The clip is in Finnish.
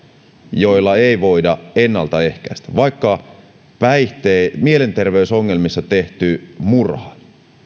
joita ei voida ennaltaehkäistä vaikka mielenterveysongelmissa tehty murha